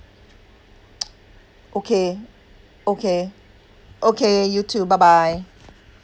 okay okay okay you too bye bye